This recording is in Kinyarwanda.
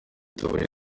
biyobowe